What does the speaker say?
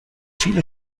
viele